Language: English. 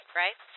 right